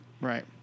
Right